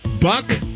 Buck